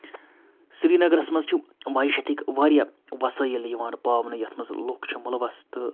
سرینَگرَس منٛز چھُ مایشتٕکۍ واریاہ وسٲیِل یِوان پاونہٕ یَتھ منٛز لُکھ چھِ مُلوَس تہٕ